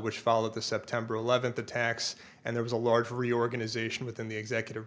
which followed the september eleventh attacks and there was a large reorganization within the executive